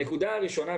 הנקודה הראשונה,